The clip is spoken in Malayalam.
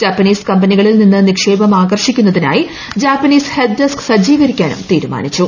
ജാപ്പനീസ് കമ്പനികളിൽ നിന്ന് നിക്ഷേപം ആകർഷിക്കുന്നതിനായി ജാപ്പനീസ് ഹെൽപ്പ് ഡെസ്ക് സജ്ജീകരിക്കാനും തീരുമാനിച്ചു